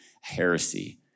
heresy